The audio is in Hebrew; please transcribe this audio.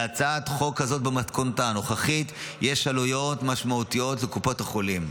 להצעת החוק הזאת במתכונתה הנוכחית יש עלויות משמעותיות לקופות החולים,